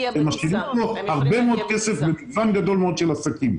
היכטות ומשקיעים כאן הרבה מאוד כסף ומגוון גדול מאוד של עסקים.